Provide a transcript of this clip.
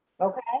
Okay